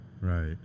right